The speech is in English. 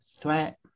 threat